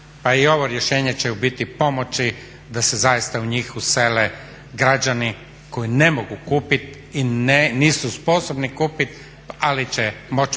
Pa i ovo rješenje će u biti pomoći da se zaista u njih usele građani koji ne mogu kupiti i nisu sposobni kupiti ali će moći plaćati